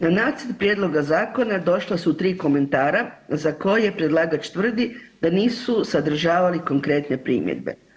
Na nacrt prijedloga zakona došla su 3 komentara za koje predlagač tvrdi da nisu sadržavali konkretne primjedbe.